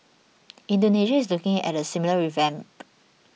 Indonesia is looking at a similar revamp